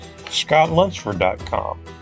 scottlunsford.com